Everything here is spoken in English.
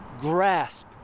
grasp